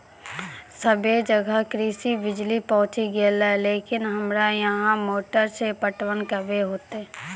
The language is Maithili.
सबे जगह कृषि बिज़ली पहुंची गेलै लेकिन हमरा यहाँ मोटर से पटवन कबे होतय?